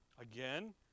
Again